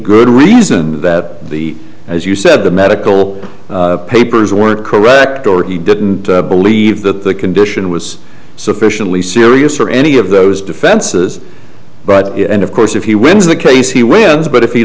good reason that the as you said the medical papers weren't correct or he didn't believe that the condition was sufficiently serious or any of those defenses but of course if he wins the case he wins but if he